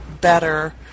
better